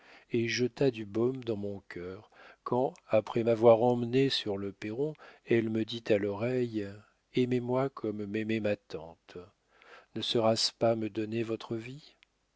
et jeta du baume dans mon cœur quand après m'avoir emmené sur le perron elle me dit à l'oreille aimez-moi comme m'aimait ma tante ne sera-ce pas me donner votre vie